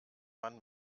man